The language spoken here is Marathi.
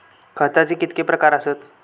खताचे कितके प्रकार असतत?